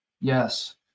Yes